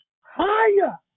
higher